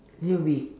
it will be